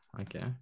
okay